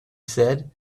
said